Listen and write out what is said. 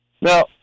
Now